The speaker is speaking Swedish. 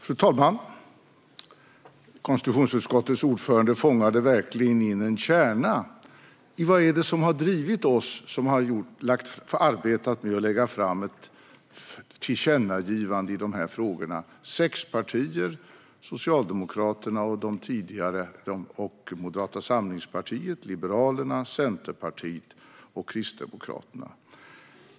Fru talman! Konstitutionsutskottets ordförande fångade verkligen in kärnan i vad det är som har drivit oss sex partier - Socialdemokraterna, Moderaterna, Liberalerna, Centerpartiet och Kristdemokraterna - som har arbetat med att lägga fram ett tillkännagivande i dessa frågor.